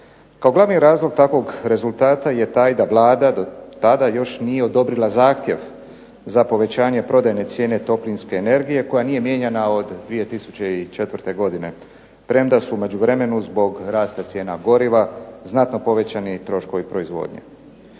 Kao glavni razlog takvog rezultata je taj da Vlada do tada još nije odobrila zahtjev za povećanje prodajne cijene toplinske energije koja nije mijenjana od 2004. godine premda su u međuvremenu zbog rasta cijena goriva znatno povećani troškovi proizvodnje.